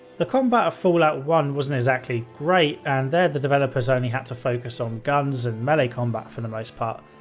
the combat of fallout one wasn't exactly great and there the developers only had to focus on guns and melee combat for the most part.